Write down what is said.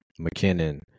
McKinnon